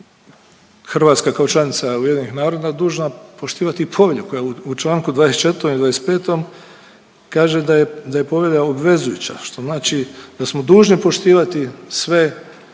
Hrvatska kao članica Ujedinjenih naroda dužna poštivati i Povelju koja u čl. 24. i 25. kaže da je Povelja obvezujuća što znači da smo dužni poštivati sve